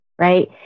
right